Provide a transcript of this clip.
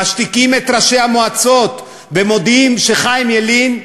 משתיקים את ראשי המועצות, ומודיעים שחיים ילין,